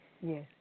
Yes